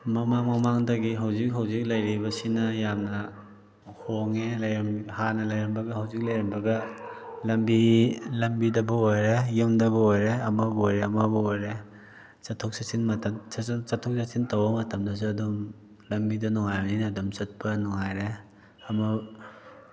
ꯃꯃꯥꯡ ꯃꯃꯥꯡꯗꯒꯤ ꯍꯧꯖꯤꯛ ꯍꯧꯖꯤꯛ ꯂꯩꯔꯤꯕꯁꯤꯅ ꯌꯥꯝꯅ ꯍꯣꯡꯉꯦ ꯍꯥꯟꯅ ꯂꯩꯔꯝꯕꯒ ꯍꯧꯖꯤꯛ ꯂꯩꯔꯝꯕꯒ ꯂꯝꯕꯤ ꯂꯝꯕꯤꯗꯕꯨ ꯑꯣꯏꯔꯦ ꯌꯨꯝꯗꯕꯨ ꯑꯣꯏꯔꯦ ꯑꯃꯕꯨ ꯑꯣꯏꯔꯦ ꯑꯃꯕꯨ ꯑꯣꯏꯔꯦ ꯆꯠꯊꯣꯛ ꯆꯠꯁꯤꯟ ꯆꯠꯊꯣꯛ ꯆꯠꯁꯤꯟ ꯇꯧꯕ ꯃꯇꯝꯗꯁꯨ ꯑꯗꯨꯝ ꯂꯝꯕꯤꯗ ꯅꯨꯡꯉꯥꯏꯔꯝꯅꯤꯅ ꯑꯗꯨꯝ ꯆꯠꯄ ꯅꯨꯡꯉꯥꯏꯔꯦ ꯑꯃ